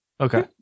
Okay